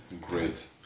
Great